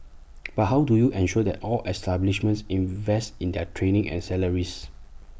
but how do you ensure that all establishments invest in their training and salaries